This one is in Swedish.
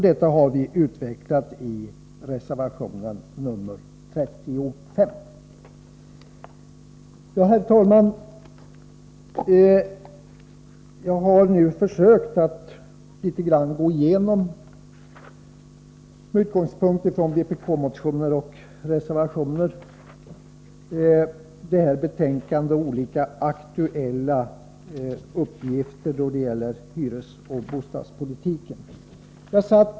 Det har vi utvecklat i reservation 37. Herr talman! Jag har nu med utgångspunkt i vpk-motioner och reservatio ner försökt att gå igenom det här betänkandet och olika aktuella uppgifter då det gäller hyresoch bostadspolitiken.